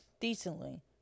decently